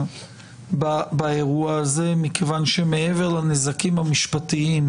באירוע הזה מכיוון שמעבר לנזקים המשפטיים,